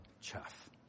chaff